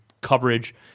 coverage